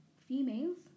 females